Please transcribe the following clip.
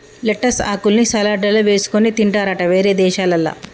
lettuce ఆకుల్ని సలాడ్లల్ల వేసుకొని తింటారట వేరే దేశాలల్ల